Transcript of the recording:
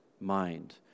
mind